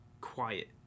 quiet